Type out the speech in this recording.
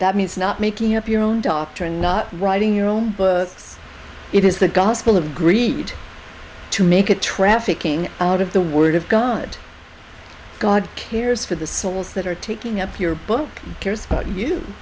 that means not making up your own doctrine not writing your own books it is the gospel of greed to make a trafficking out of the word of god god cares for the souls that are taking up your book